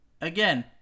Again